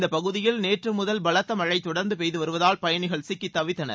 இந்த பகுதியில் நேற்று முதல் பலத்த மழை தொடர்ந்து பெய்து வருவதால் பயணிகள் சிக்கி தவித்தனர்